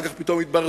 ואחר כך פתאום התברר,